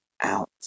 out